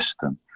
system